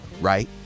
right